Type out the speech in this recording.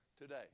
today